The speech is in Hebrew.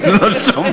הם לא מבינים,